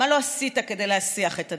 מה לא עשית כדי להסיח את הדעת?